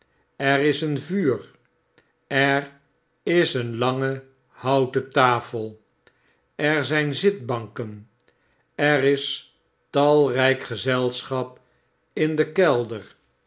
er is een vuur er is een lange houten tafel er zyn zitbanken er is talrijk gezelschap in den kelder